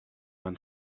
man